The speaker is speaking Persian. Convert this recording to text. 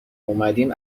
اومدیم